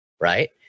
right